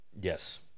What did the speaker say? Yes